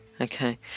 Okay